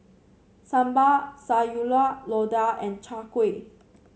Sambal Sayur Lodeh and Chai Kuih